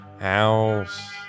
House